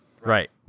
Right